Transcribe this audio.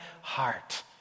heart